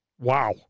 Wow